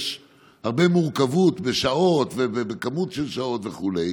יש הרבה מורכבות בשעות ובכמות של שעות וכו'